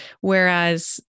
Whereas